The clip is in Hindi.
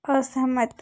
असहमत